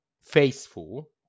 faithful